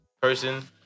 person